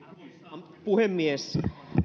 arvoisa puhemies